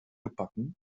gebacken